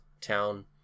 town